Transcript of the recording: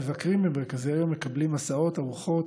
המבקרים במרכזי היום מקבלים הסעות, ארוחות,